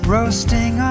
Roasting